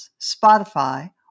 Spotify